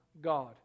God